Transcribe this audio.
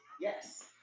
yes